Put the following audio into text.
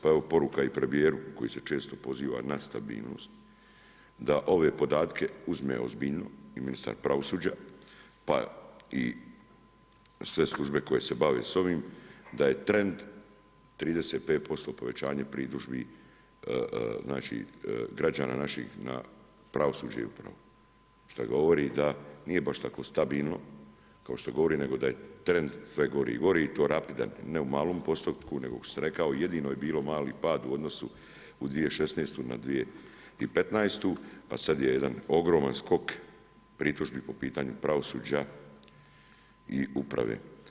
Pa evo poruka i premijeru koji se često poziva na stabilnost da ove podatke uzme ozbiljno i ministar pravosuđa pa i sve službe koje se bave s ovim, da je trend 35% povećanja pritužbi građana naših na pravosuđe i upravu šta govori da nije baš tako stabilno kao što govori nego da je trend sve gori i gori i to rapidan ne u malom postotku nego kao što sam rekao, jedino je bilo mali pad u odnosu 2016. na 2015., a sad je jedan ogroman skok pritužbi po pitanju pravosuđa i uprave.